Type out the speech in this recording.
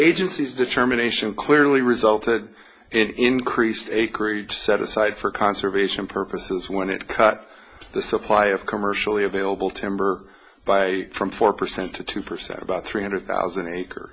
agencies determination clearly resulted in increased acreage set aside for conservation purposes when it cut the supply of commercially available timber by from four percent to two percent about three hundred thousand acres